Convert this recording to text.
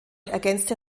ergänzte